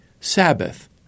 Sabbath